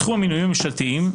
תחום המינויים הממשלתיים,